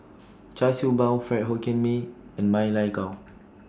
Char Siew Bao Fried Hokkien Mee and Ma Lai Gao